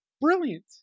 brilliant